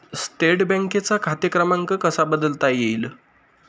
State बँकेचा खाते क्रमांक कसा बदलता येईल?